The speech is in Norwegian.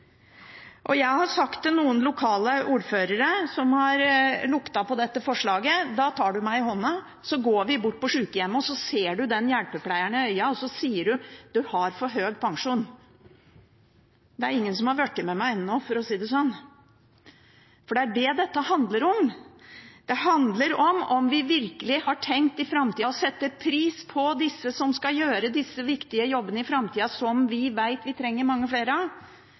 Jeg har sagt til noen lokale ordførere som har luktet på dette forslaget: Da tar du meg i hånden, så går vi bort på sykehjemmet. Så ser du en hjelpepleier i øynene, og så sier du: Du har for høy pensjon. Det er ingen som har blitt med meg ennå, for å si det sånn. Det er det dette handler om: Om vi virkelig i framtida har tenkt å sette pris på de som skal gjøre disse viktige jobbene i framtida, som vi vet vi trenger mange flere av.